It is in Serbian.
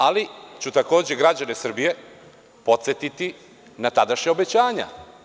Ali, ću takođe građane Srbije podsetiti na tadašnja obećanja.